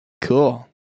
cool